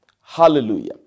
Hallelujah